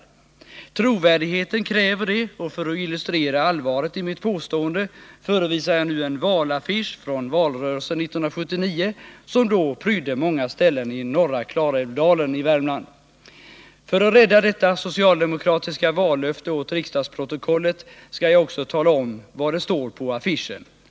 Trovärdigheten kräver det, och för att illustrera allvaret i mitt påstående förevisar jag nu på bildskärmen en valaffisch, som under valrörelsen 1979 prydde många ställen i norra Klarälvsdalen i Värmland. För att rädda detta socialdemokratiska vallöfte åt riksdagsprotokollet skall jag också tala om vad det står på affischen.